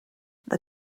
the